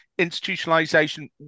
institutionalization